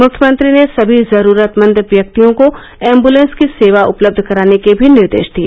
मुख्यमंत्री ने सभी जरूरतमंद व्यक्तियों को एम्बुलेंस की सेवा उपलब्ध कराने के भी निर्देश दिए